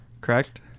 correct